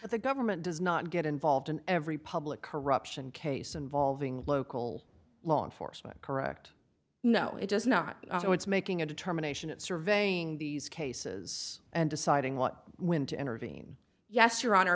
but the government does not get involved in every public corruption case involving local law enforcement correct no it does not so it's making a determination of surveying these cases and deciding what when to intervene yes your hon